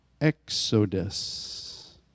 Exodus